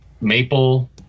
maple